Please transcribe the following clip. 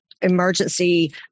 emergency